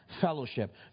fellowship